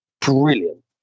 brilliant